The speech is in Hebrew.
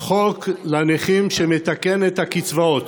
חוק לנכים שמתקן את הקצבאות.